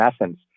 essence